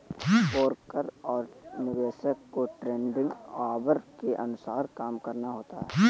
broker और निवेशक को ट्रेडिंग ऑवर के अनुसार काम करना होता है